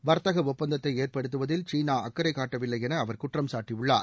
வர்த்தக ஒப்பந்தத்தை ஏற்படுத்துவதில் சீனா அக்கரை காட்டவில்லை என அவர் குற்றம் சாட்டியுள்ளார்